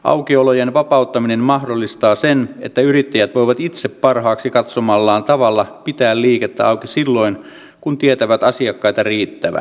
aukiolojen vapauttaminen mahdollistaa sen että yrittäjät voivat itse parhaaksi katsomallaan tavalla pitää liikettä auki silloin kun tietävät asiakkaita riittävän